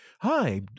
Hi